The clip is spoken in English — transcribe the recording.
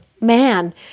man